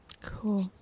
Cool